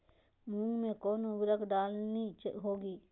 मूंग में कौन उर्वरक डालनी होगी?